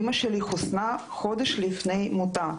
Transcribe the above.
אימא שלי חוסנה חודש לפני מותה.